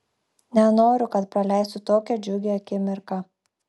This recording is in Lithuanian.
nenoriu kad praleistų tokią džiugią akimirką